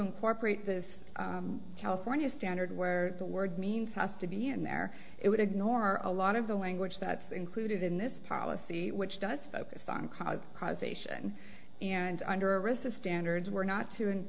incorporate this california standard where the word means has to be in there it would ignore a lot of the language that's included in this policy which does focus on cause causation and under arista standards were not to